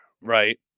right